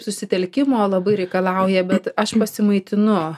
susitelkimo labai reikalauja bet aš prasimaitinu